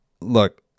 Look